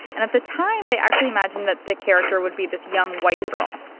and at the time, they actually imagined that the character would be this young white girl.